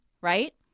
right